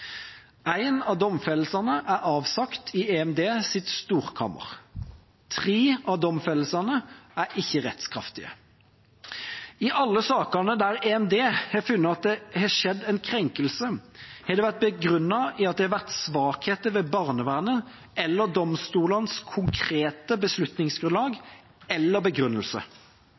av domfellelsene er avsagt i EMDs storkammer. Tre av domfellelsene er ikke rettskraftige. I alle sakene der EMD har funnet at det har skjedd en krenkelse, har det vært begrunnet i svakheter ved barnevernets eller domstolenes konkrete beslutningsgrunnlag eller begrunnelse.